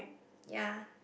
ya